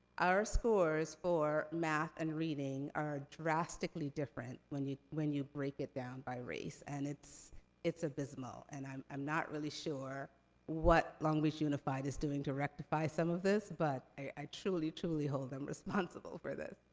our scores for math and reading are drastically different when you when you break it down by race. and, it's it's abysmal, and i'm i'm not really sure what long beach unified is doing to rectify some of this, but i truly, truly hold them responsible for this.